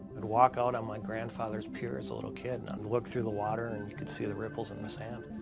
i'd walk out on my grandfather's pier as a little kid and i'd and look through the waters and could see the ripples in the sand.